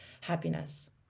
happiness